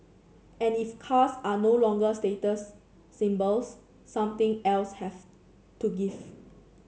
and if cars are no longer status symbols something else has to give